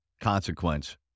consequence